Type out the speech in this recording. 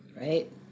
right